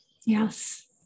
Yes